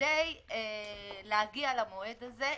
כדי להגיע למועד הזה,